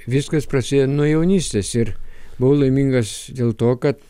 viskas prasidėjo nuo jaunystės ir buvau laimingas dėl to kad